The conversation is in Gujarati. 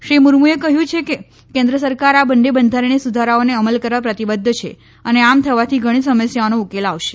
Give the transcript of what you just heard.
શ્રી મુર્મુએ કહ્યું કે કેન્દ્ર સરકાર આ બંને બંધારણીય સુધારાઓનો અમલ કરવા પ્રતિબધ્ધ છે અને આમ થવાથી ઘણી સમસ્યાઓનો ઉકેલ આવશે